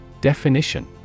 Definition